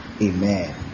Amen